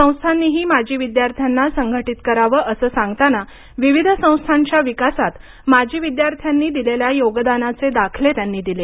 संस्थांनीही माजी विद्यार्थ्यांना संघटित करावं असं सांगताना विविध संस्थांच्या विकासात माजी विद्यार्थ्यांनी दिलेल्या योगदानाचे दाखले त्यांनी दिले